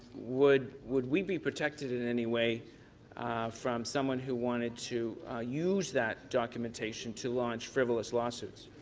would would we be protected in any way from someone who wanted to use that documentation to launch frivolous lawsuits?